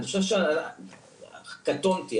קטונתי,